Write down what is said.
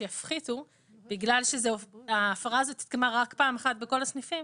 שיפחיתו בגלל שההפרה הזאת התקיימה רק פעם אחת בכל הסניפים